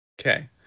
Okay